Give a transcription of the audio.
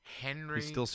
Henry